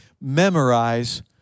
memorize